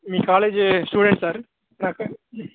me college student sir